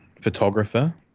photographer